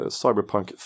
cyberpunk